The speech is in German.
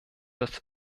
das